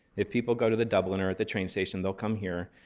if people go to the dubliner or the train station, they'll come here.